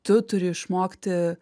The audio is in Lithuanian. tu turi išmokti